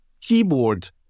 Keyboard